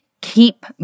keep